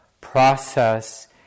process